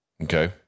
Okay